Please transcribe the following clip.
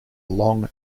long